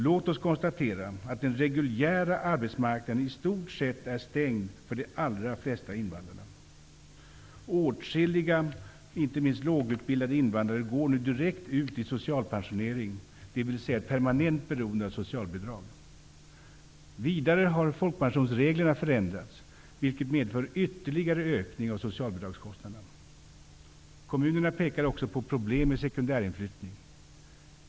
Låt oss konstatera att den reguljära arbetsmarknaden i stort sett är stängd för de allra flesta invandrare. Åtskilliga invandrare, inte minst de lågutbildade, går nu direkt ut i socialpensionering, dvs. ett permanent beroende av socialbidrag. Vidare har folkpensionsreglerna förändrats, vilket medfört en ytterligare ökning av socialbidragskostnaderna. Kommunerna pekar också på problemen med sekundärinflyttning.